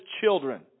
children